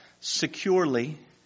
securely